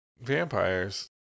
vampires